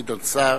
גדעון סער.